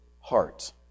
heart